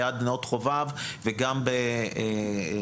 ליד נאות חובב וגם בדרום.